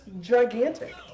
gigantic